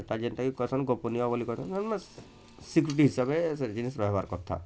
ତା ଯେନ୍ତା କି ପସନ୍ଦ ଗୋପନୀୟ ବୋଲି ନା ନା ସିକ୍ୟୁରିଟି ହିସାବରେ ସେ ଜିନିଷ୍ ରହିବା କଥା